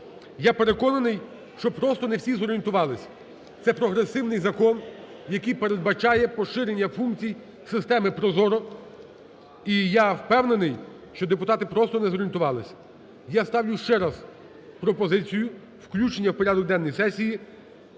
Я переконаний, що просто не всі зорієнтувалися. Це прогресивний закон, який передбачає поширення функцій системиProZorro, і я впевнений, що депутати просто не зорієнтувалися. Я ставлю ще раз пропозицію, включення в порядок денний сесії